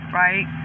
right